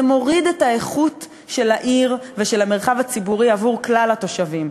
זה מוריד את האיכות של העיר ושל המרחב הציבורי עבור כלל התושבים.